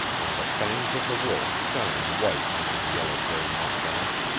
and the fangs of the wolf shine white under the yellow-gray mustache.